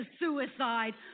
suicide